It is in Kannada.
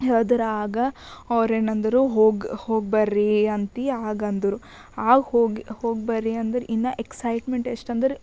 ಹೇಳಿದ್ರು ಆಗ ಅವರೇನಂದ್ರು ಹೋಗು ಹೋಗಿಬರ್ರಿ ಅಂತ ಆಗಂದರು ಆಗ ಹೋಗಿ ಹೋಗಿಬರ್ರಿ ಅಂದ್ರು ಇನ್ನು ಎಕ್ಸೈಟ್ಮೆಂಟ್ ಎಷ್ಟಂದ್ರೆ